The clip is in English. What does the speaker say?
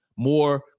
more